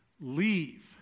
Leave